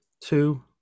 two